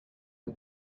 des